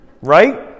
right